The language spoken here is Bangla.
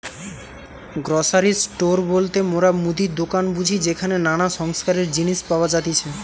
গ্রসারি স্টোর বলতে মোরা মুদির দোকান বুঝি যেখানে নানা সংসারের জিনিস পাওয়া যাতিছে